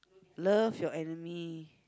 love your enemy